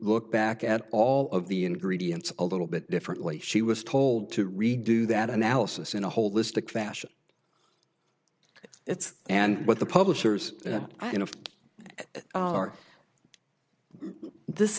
look back at all of the ingredients a little bit differently she was told to redo that analysis in a holistic fashion it's and what the publishers a